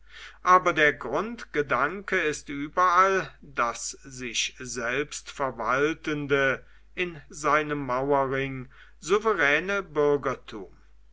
aber der grundgedanke ist überall das sich selbst verwaltende in seinem mauerring souveräne bürgertum